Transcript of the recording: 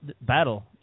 battle